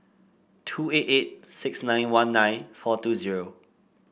two eight eight six nine one nine four two zero